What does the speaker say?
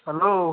hello